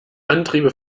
antriebe